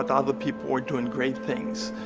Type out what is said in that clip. other people who are doing great things,